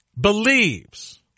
believes